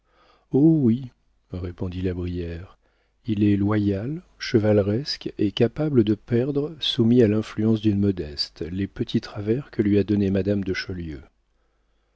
oh oui répondit la brière il est loyal chevaleresque et capable de perdre soumis à l'influence d'une modeste les petits travers que lui a donnés madame de chaulieu